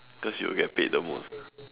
because you will get paid the most